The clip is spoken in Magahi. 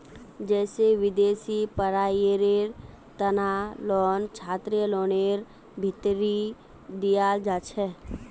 जैसे विदेशी पढ़ाईयेर तना लोन छात्रलोनर भीतरी दियाल जाछे